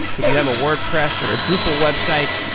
if you have a wordpress or a drupal website,